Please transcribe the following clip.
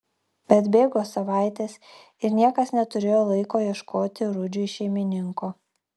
bet bėgo savaitės ir niekas neturėjo laiko ieškoti rudžiui šeimininko